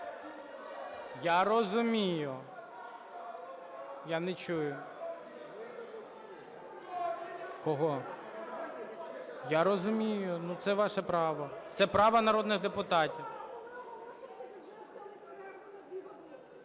Я розумію. Я не чую. Кого? Я розумію, ну, це ваше право. Це право народних депутатів.